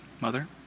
mother